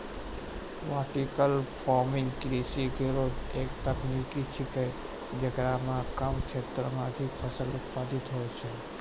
vertical farming कृषि केरो एक तकनीक छिकै, जेकरा म कम क्षेत्रो में अधिक फसल उत्पादित होय छै